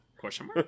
Question